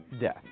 Death